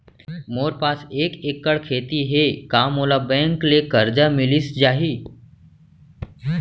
मोर पास एक एक्कड़ खेती हे का मोला बैंक ले करजा मिलिस जाही?